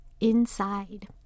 inside